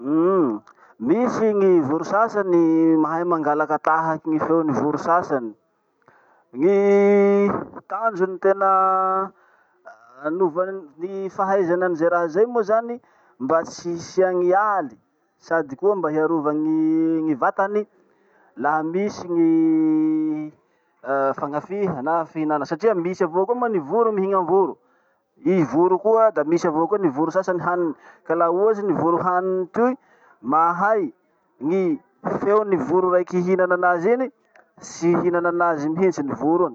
Uhm uhm! Misy gny voro sasany mahay mangalakatahaky gny feon'ny voro sasany. Gny tanjony tena anovany- ny fahaizany any zay raha zay moa zany, mba tsy hisian'ny aly sady koa mba hiarova gny- gny vatany laha misy gny fagnafiha na fihinana satria misy avao koa moa ny voro mihina voro. I voro koa da misy avao koa ny voro sasany haniny. Ka laha ohatsy ny voro haniny toy mahay gny feon'ny voro raiky hihinanan'azy iny, tsy ihinan'anazy mihitsy ny voro iny.